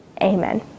Amen